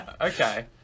okay